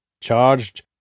Charged